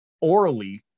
orally